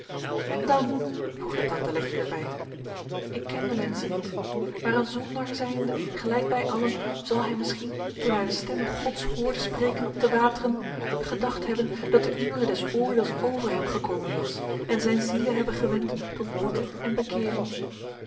en dan voegde tante letje er bij ik ken den mensche niet maar een zondaar zijnde gelijk wij allen zal hij misschien toen hij de stemme gods hoorde spreken op de wateren gedacht hebben dat de ure des oordeels over hem gekomen was en zijn ziele hebben gewend tot boete en bekeering